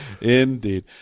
indeed